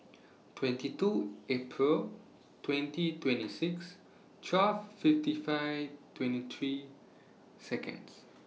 twenty two April twenty twenty six twelve fifty five twenty three Seconds